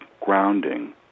grounding